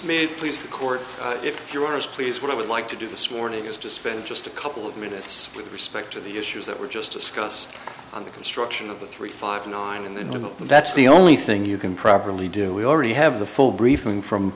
may please the court if you're honest please what i would like to do this morning is to spend just a couple of minutes with respect to the issues that were just discussed on the construction of the three five nine in the know and that's the only thing you can properly do we already have the full briefing from